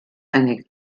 eine